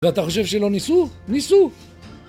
ואתה חושב שלא ניסו? ניסו!